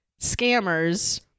scammers